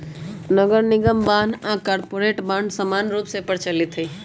नगरनिगम बान्ह आऽ कॉरपोरेट बॉन्ड समान्य रूप से प्रचलित हइ